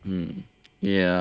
um ya